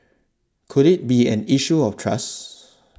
could it be an issue of trust